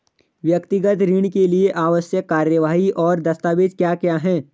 व्यक्तिगत ऋण के लिए आवश्यक कार्यवाही और दस्तावेज़ क्या क्या हैं?